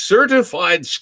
Certified